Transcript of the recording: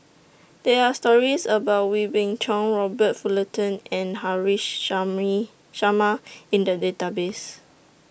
There Are stories about Wee Beng Chong Robert Fullerton and Haresh Sharma in The Database